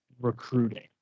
recruiting